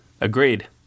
Agreed